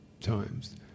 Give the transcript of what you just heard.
times